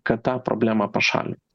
kad tą problemą pašalint